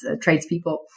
tradespeople